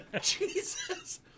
Jesus